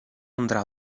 andrà